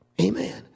amen